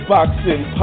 Boxing